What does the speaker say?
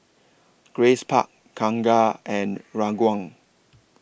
Grace Park Kangkar and Ranggung